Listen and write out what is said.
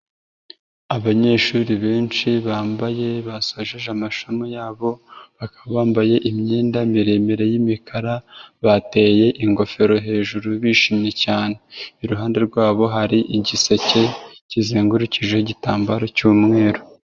Abanyeshuri benshi bambaye basojeje amasomo yabo, bakaba bambaye imyenda miremire y'imikara, bateye ingofero hejuru bishimye cyane. Iruhande rwabo hari igiseke kizengurukije igitambaro cy'umweru.